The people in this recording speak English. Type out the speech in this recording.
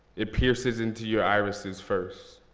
it pierces into your irises first.